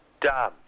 done